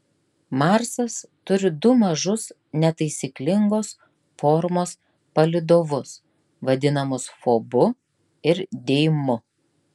marsas turi du mažus netaisyklingos formos palydovus vadinamus fobu ir deimu